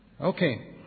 Okay